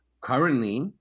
currently